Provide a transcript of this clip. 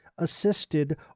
assisted